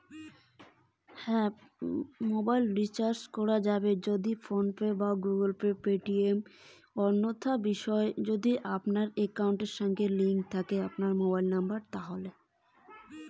আমার একাউন্ট থেকে কি আমি মোবাইল ফোন রিসার্চ করতে পারবো?